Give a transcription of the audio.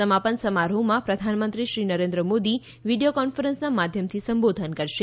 સમાપન સમારોહમાં પ્રધાનમંત્રી શ્રી નરેન્દ્ર મોદી વીડીયો કોન્ફરન્સના માધ્યમથી સંબોધન કરશે